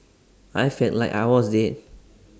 I felt like I was dead